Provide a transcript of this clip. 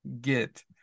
get